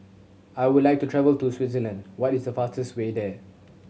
I would like to travel to Switzerland what is the fastest way there